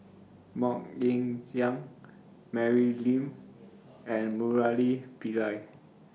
Mok Ying Jang Mary Lim and Murali Pillai